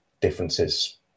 differences